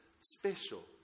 special